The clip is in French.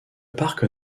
parc